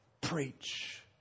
Preach